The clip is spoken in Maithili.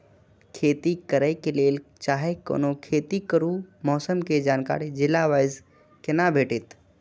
खेती करे के लेल चाहै कोनो खेती करू मौसम के जानकारी जिला वाईज के ना भेटेत?